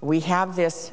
we have this